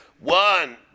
One